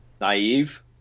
naive